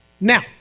Now